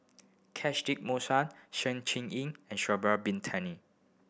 Catchtick Sng Choon Yeen and Shabra Bin